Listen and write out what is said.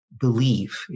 believe